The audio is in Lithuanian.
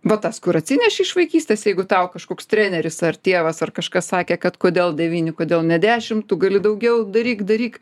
vat tas kur atsinešei iš vaikystės jeigu tau kažkoks treneris ar tėvas ar kažkas sakė kad kodėl devyni kodėl ne dešim tu gali daugiau daryk daryk